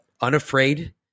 unafraid